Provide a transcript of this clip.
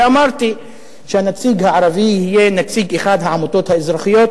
אמרתי שהנציג הערבי יהיה נציג אחת העמותות האזרחיות